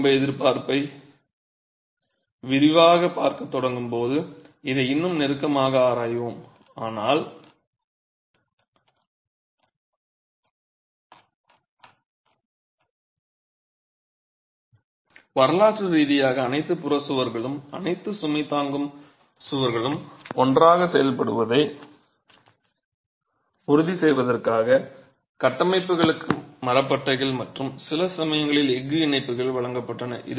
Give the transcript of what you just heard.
பூகம்ப எதிர்ப்பை விரிவாகப் பார்க்கத் தொடங்கும் போது இதை இன்னும் நெருக்கமாக ஆராய்வோம் ஆனால் வரலாற்று ரீதியாக அனைத்து புறச் சுவர்களும் அனைத்து சுமை தாங்கும் சுவர்களும் ஒன்றாகச் செயல்படுவதை உறுதி செய்வதற்காக கட்டமைப்புகளுக்கு மரப்பட்டைகள் மற்றும் சில சமயங்களில் எஃகு இணைப்புகள் வழங்கப்பட்டன